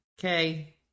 Okay